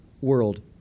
world